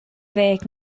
ddeg